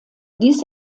dies